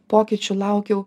pokyčių laukiau